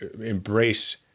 embrace –